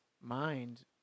mind